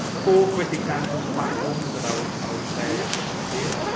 four quick examples platforms that i would i would say are interesting here.